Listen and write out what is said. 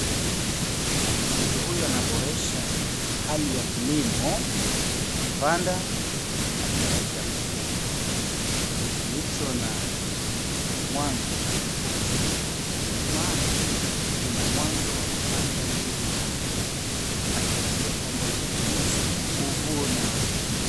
Mtu huyu anaporesha hali ya kilimo, akipanda akitarajia kuvuna, kilicho na mwanzo hakikosi mwisho, Kuna mwanzo wa kupanda ndizi hapa akitarajia kwamba Kuna mwisho wa kuvuna.